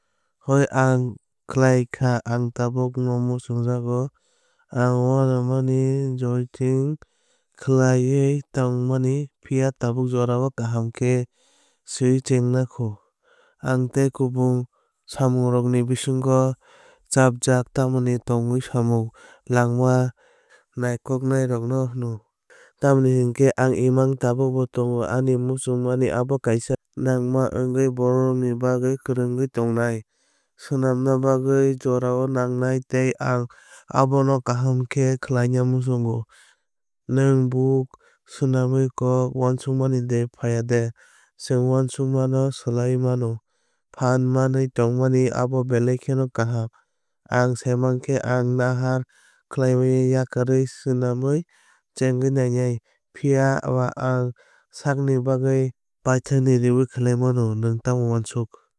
Hoi ang khlai kha ang tabukbo muchungjago. Ang uansukmani jotting khlaiwi tongmani phiya tabuk jora o kaham khe swui chengya kho. Ang tei kubun samungrokni bisingo chapjak tamo tongwui samung langma naikoknai rok nw hino. Tamoni hinkhe ang imang tabukbo tongo. Ang muchungmani abo kaisa nangma wngnai borokrok bai kwrwngwi tongnai. Swnamna bagwi jorao nangnai tei ang abono kaham khe khlaina muchungo. Nwng book swinani kok uansukmani de phaiyade chwng uansukmung swlaiwi mano. Phan manui tongmani abo belai kheno kaham. Ang saimankha ang nahar khlawui yakarwi swinamwui chengwui nangnai. Phiyaba ang sakni bagwi paithankni reoui khwlaiwi mano nwng tamo uansuk.